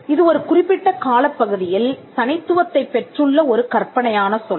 இது ஒரு குறிப்பிட்ட காலப்பகுதியில் தனித்துவத்தைப் பெற்றுள்ள ஒரு கற்பனையான சொல்